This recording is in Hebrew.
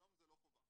היום זה לא חובה.